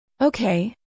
Okay